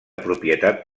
propietat